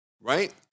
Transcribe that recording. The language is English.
right